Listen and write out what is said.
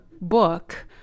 book